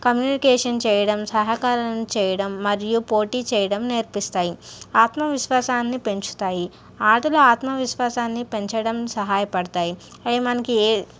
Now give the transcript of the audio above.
communication చేయడం సహకారం చేయడం మరియు పోటీచేయడం నేర్పిస్తాయి ఆత్మవిశ్వాసాన్ని పెంచుతాయి ఆటలు ఆత్మవిశ్వాసాన్ని పెంచడం సహాయపడతాయి అవి మనకి ఏ